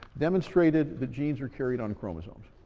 demonstrated that genes are carried on chromosomes.